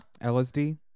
LSD